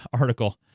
article